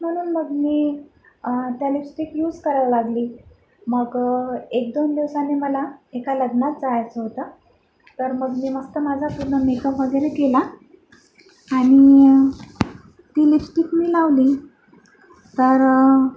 म्हणून मग मी त्या लिपस्टिक यूज करायला लागली मग एकदोन दिवसांनी मला एका लग्नात जायचं होतं तर मग मी मस्त माझा पूर्ण मेकअप वगरे केला आणि ती लिपस्टिक मी लावली तर